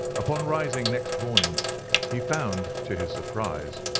upon rising next morning he found, to his surprise,